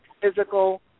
physical